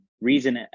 reason